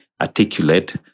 articulate